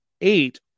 eight